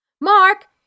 Mark